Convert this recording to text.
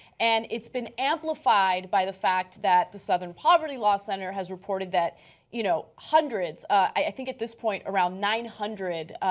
and it's been amplified by the fact that southern poverty law center has reported that you know hundreds, i think at this point around nine hundred